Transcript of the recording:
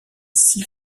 six